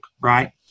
right